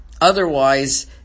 otherwise